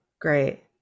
great